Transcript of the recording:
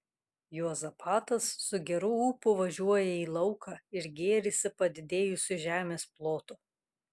juozapatas su geru ūpu važiuoja į lauką ir gėrisi padidėjusiu žemės plotu